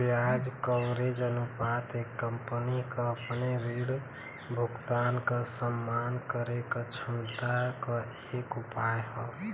ब्याज कवरेज अनुपात एक कंपनी क अपने ऋण भुगतान क सम्मान करे क क्षमता क एक उपाय हौ